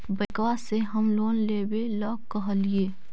बैंकवा से हम लोन लेवेल कहलिऐ?